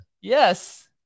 Yes